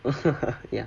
ya